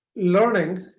learning